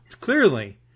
clearly